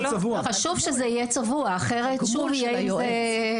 חשוב שזה יהיה צבוע, אחרת שוב יהיה עם זה.